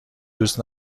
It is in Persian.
دوست